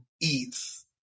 eats